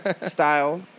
style